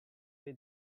dei